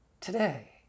today